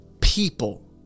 people